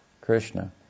Krishna